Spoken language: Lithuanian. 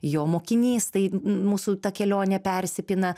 jo mokinys tai mūsų ta kelionė persipina